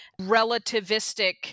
relativistic